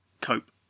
Cope